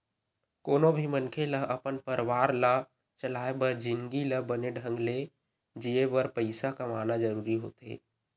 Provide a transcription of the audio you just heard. कोनो भी मनखे ल अपन परवार ला चलाय बर जिनगी ल बने ढंग ले जीए बर पइसा कमाना जरूरी होथे